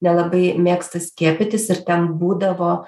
nelabai mėgsta skiepytis ir ten būdavo